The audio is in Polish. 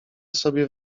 sobie